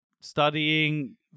studying